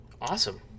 Awesome